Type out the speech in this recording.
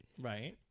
right